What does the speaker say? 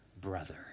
brother